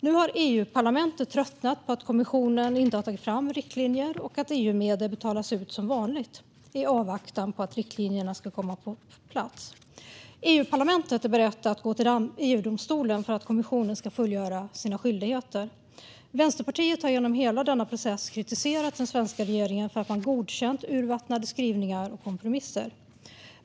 Nu har EU-parlamentet tröttnat på att kommissionen inte har tagit fram riktlinjer och att EU-medel betalas ut som vanligt i avvaktan på att riktlinjerna ska komma på plats. EU-parlamentet är berett att gå till EU-domstolen för att kommissionen ska fullgöra sina skyldigheter. Vänsterpartiet har genom hela denna process kritiserat den svenska regeringen för att man godkänt urvattnade skrivningar och kompromisser.